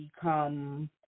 become